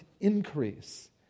increase